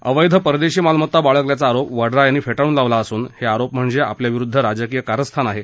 अवैध परदेशी मालमत्ता बाळगल्याचा आरोप वड्रा यांनी फे क्रिकाला असून हे आरोप म्हणजे आपल्या विरुद्ध राजकीय कारस्थान आहे